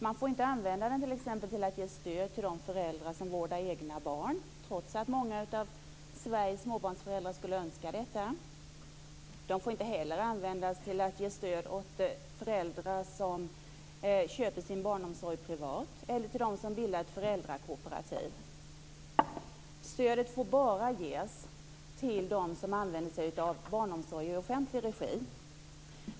Man får t.ex. inte använda den till att ge stöd till de föräldrar som vårdar egna barn, trots att många av Sveriges småbarnsföräldrar skulle önska detta. De får inte heller användas till att ge stöd åt föräldrar som köper sin barnomsorg privat eller till dem som bildar ett föräldrakooperativ. Stödet får bara ges till dem som använder sig av barnomsorg i offentlig regi.